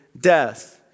death